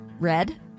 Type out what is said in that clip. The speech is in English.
Red